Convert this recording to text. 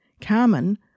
Carmen